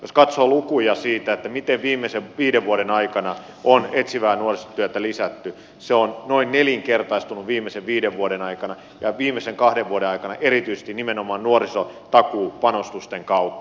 jos katsoo lukuja siitä miten viimeisen viiden vuoden aikana on etsivää nuorisotyötä lisätty se on noin nelinkertaistunut viimeisen viiden vuoden aikana ja viimeisen kahden vuoden aikana erityisesti nimenomaan nuorisotakuupanostusten kautta